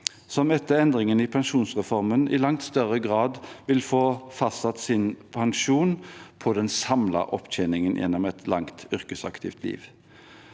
som etter endringene i pensjonsreformen i langt større grad vil få fastsatt sin pensjon på den samlede opptjeningen gjennom et langt yrkesaktivt liv.